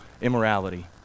immorality